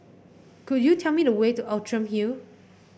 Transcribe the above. could you tell me the way to Outram Hill